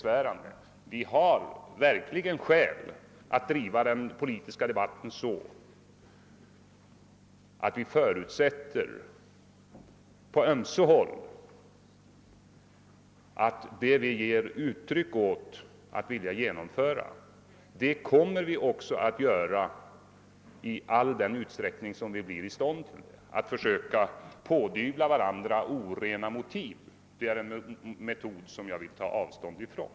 Vi har verkligen skäl att föra den politiska debatten så att vi på ömse håll förutsätter, att vad vi säger oss vilja genomföra kommer vi också att genomföra i all den utsträckning som det blir möjligt för oss. Att försöka pådyvla varandra orena motiv är en metod som jag vill ta avstånd från.